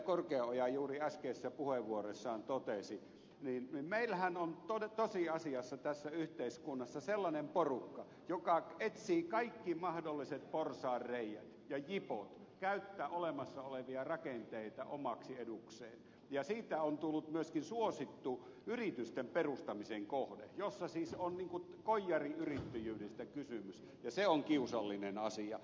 korkeaoja juuri äskeisessä puheenvuorossaan totesi niin meillähän on tosiasiassa tässä yhteiskunnassa sellainen porukka joka etsii kaikki mahdolliset porsaanreiät ja jipot käyttää olemassa olevia rakenteita omaksi edukseen ja siitä on tullut myöskin suosittu yritysten perustamisen kohde jossa siis on niin kuin koijariyrittäjyydestä kysymys ja se on kiusallinen asia